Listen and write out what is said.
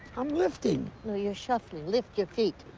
i'm lifting. no, you're shuffling. lift your feet.